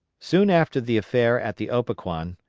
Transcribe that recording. soon after the affair at the opequan,